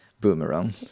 boomerang